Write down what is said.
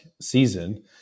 season